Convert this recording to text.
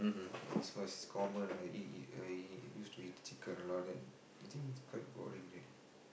yes cause it's quite common use to eat chicken right I think it's quite boring already